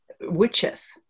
witches